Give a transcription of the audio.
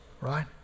right